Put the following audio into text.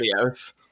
videos